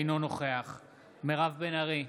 אינו נוכח מירב בן ארי,